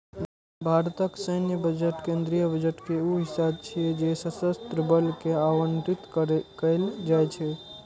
भारतक सैन्य बजट केंद्रीय बजट के ऊ हिस्सा छियै जे सशस्त्र बल कें आवंटित कैल जाइ छै